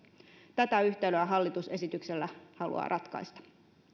tätä yhtälöä hallitus esityksellä haluaa ratkaista